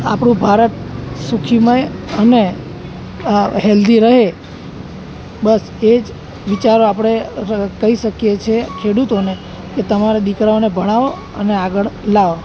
આપણું ભારત સુખમય અને હેલ્ધી રહે બસ એ જ વિચારો આપણે કહી શકીએ છીએ ખેડૂતોને કે તમારા દીકરાને ભણવો અને આગળ લાવો